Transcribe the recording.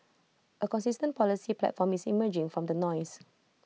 A consistent policy platform is emerging from the noise